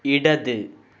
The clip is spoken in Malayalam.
ഇടത്